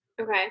Okay